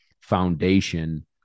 foundation